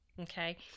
Okay